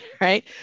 right